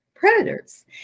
predators